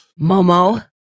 Momo